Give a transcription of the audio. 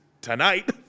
tonight